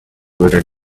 whether